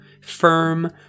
firm